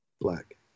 Black